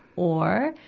or,